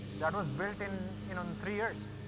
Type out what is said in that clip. that was built in in and three years.